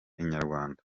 inyarwanda